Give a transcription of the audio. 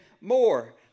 more